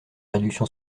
réduction